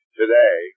today